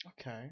okay